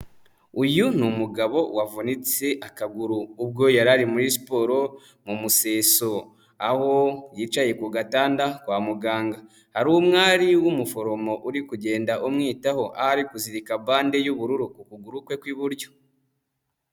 Uyu ni umugabo wavunitse akaguru ubwo yari ari muri siporo mu museso, aho yicaye ku gatanda kwa muganga. Hari umwari w'umuforomo uri kugenda umwitaho aho ari kuzirika bande y'ubururu ku kuguru kwe kw'iburyo.